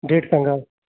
date सांगा